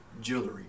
jewelry